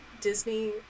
Disney